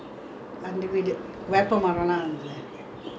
theeban was a bala bala father